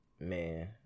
Man